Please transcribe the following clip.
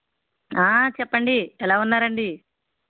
చెప్పండి ఎలా ఉన్నారండి